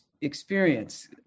experience